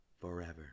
forever